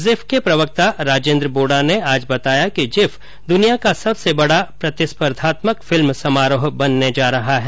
GIF के प्रवक्ता राजेन्द्र बोडा ने आज बताया कि जिफ दुनियां का सबसे बडा प्रतिस्पर्धात्मक फिल्म समारोह भी बनने जा रहा है